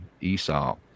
esau